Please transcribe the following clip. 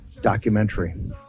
documentary